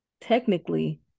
technically